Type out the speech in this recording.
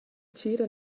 tgira